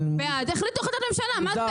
בעד החליטו החלטת ממשלה, מה זאת אומרת?